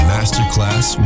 Masterclass